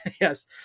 yes